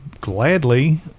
gladly